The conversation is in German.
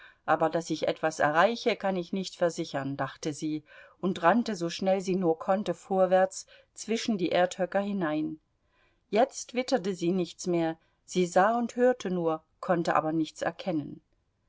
aber daß ich etwas erreiche kann ich nicht versichern dachte sie und rannte so schnell sie nur konnte vorwärts zwischen die erdhöcker hinein jetzt witterte sie nichts mehr sie sah und hörte nur konnte aber nichts erkennen